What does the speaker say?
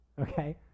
okay